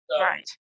right